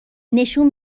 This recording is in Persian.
نشون